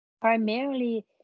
primarily